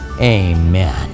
Amen